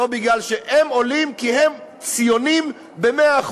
הם עולים כי הם ציונים במאה אחוז.